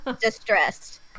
distressed